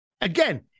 Again